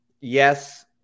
yes